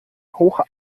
hoch